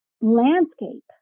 landscape